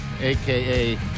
aka